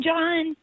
John